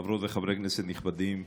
חברות וחברי כנסת נכבדים,